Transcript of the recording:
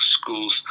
schools